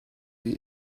wie